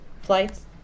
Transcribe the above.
Flights